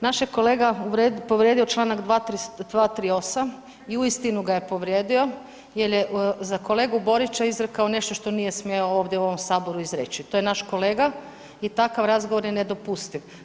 Naš je kolega povrijedio čl. 238. i uistinu ga je povrijedio jer je za kolegu Borića izrekao nešto što nije smio ovdje u ovom Saboru izreći, to je naš kolega i takav razgovor je nedopustiv.